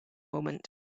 moment